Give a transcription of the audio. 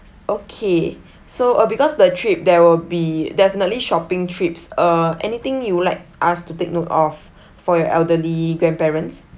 okay so uh because the trip there will be definitely shopping trips uh anything you like us to take note of for your elderly grandparents